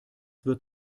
wird